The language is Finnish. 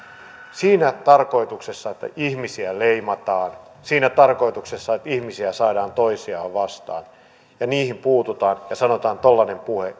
siinä tarkoituksessa että ihmisiä leimataan siinä tarkoituksessa että ihmisiä saadaan toisiaan vastaan ja niihin puututaan ja sanotaan että tuollainen puhe